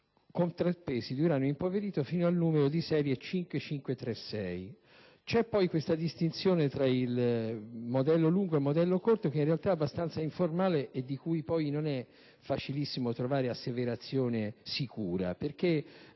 contrappesi in uranio impoverito fino al numero di serie 5536. C'è poi la distinzione tra il modello lungo e quello corto che, in realtà, è abbastanza informale e di cui non è facilissimo trovare asseverazione sicura perché,